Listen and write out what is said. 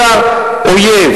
אלא אויב